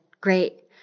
Great